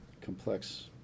complex